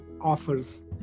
offers